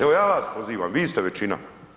Evo ja vas pozivam, vi ste većina.